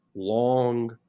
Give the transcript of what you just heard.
Long